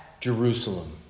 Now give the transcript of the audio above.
Jerusalem